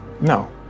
No